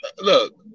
look